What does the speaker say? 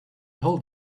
hold